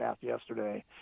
yesterday